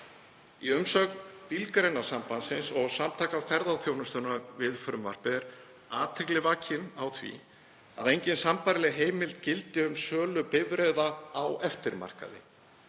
Í umsögn Bílgreinasambandsins og Samtaka ferðaþjónustunnar við frumvarpið er athygli vakin á því að engin sambærileg heimild gildi um sölu bifreiða á eftirmarkaði.